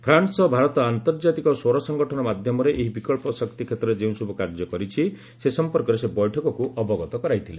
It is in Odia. ଫ୍ରାନ୍ସ ସହ ଭାରତ ଆନ୍ତର୍ଜାତିକ ସୌର ସଙ୍ଗଠନ ମାଧ୍ୟମରେ ଏହି ବିକ୍ସ ଶକ୍ତି କ୍ଷେତ୍ରରେ ଯେଉଁସବୁ କାର୍ଯ୍ୟ କରିଛି ସେ ସମ୍ପର୍କରେ ସେ ବୈଠକକୁ ଅବଗତ କରାଇଥିଲେ